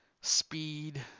speed